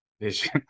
vision